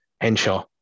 Henshaw